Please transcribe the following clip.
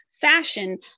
fashion